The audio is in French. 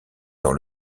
dans